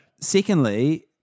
Secondly